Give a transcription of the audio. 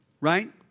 Right